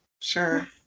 sure